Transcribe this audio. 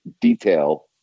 detail